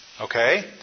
okay